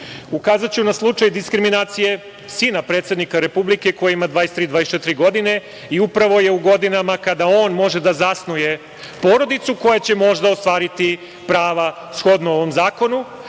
Ukazaću na slučaj diskriminacije sina predsednika Republike koji ima 23, 24 godine i upravo je u godinama kada on može da zasnuje porodicu koja će možda ostvariti prava shodno ovom zakonu,